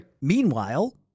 Meanwhile